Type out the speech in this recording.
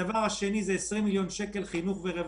הדבר השני הוא 20 מיליון שקל לחינוך ורווחה.